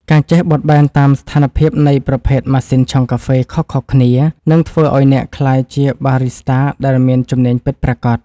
ការចេះបត់បែនតាមស្ថានភាពនៃប្រភេទម៉ាស៊ីនឆុងកាហ្វេខុសៗគ្នា នឹងធ្វើឱ្យអ្នកក្លាយជាបារីស្តាដែលមានជំនាញពិតប្រាកដ។